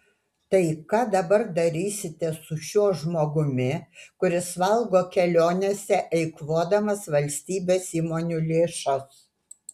tai ką dabar darysite su šiuo žmogumi kuris valgo kelionėse eikvodamas valstybės įmonių lėšas